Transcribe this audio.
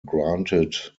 granted